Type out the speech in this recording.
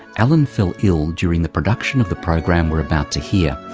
alan fell ill during the production of the program we're about to hear.